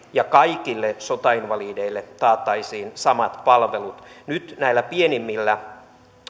ja kaikille sotainvalideille taattaisiin samat palvelut nyt näillä pienimmillä